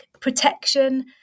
protection